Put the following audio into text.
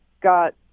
got